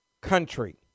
country